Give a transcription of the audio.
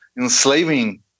enslaving